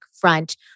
front